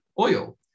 oil